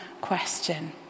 question